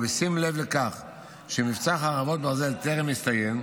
ובשים לב לכך שמבצע חרבות ברזל טרם הסתיים,